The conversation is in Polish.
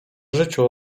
życiu